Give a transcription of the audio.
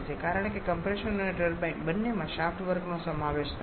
કારણ કે કમ્પ્રેસર અને ટર્બાઇન બંનેમાં શાફ્ટ વર્કનો સમાવેશ થાય છે